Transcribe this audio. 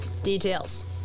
Details